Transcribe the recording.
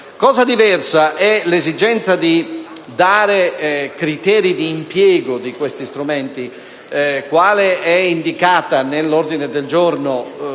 Cosa diversa è l'esigenza di fissare criteri d'impiego di questi strumenti, quale è indicata nell'ordine del giorno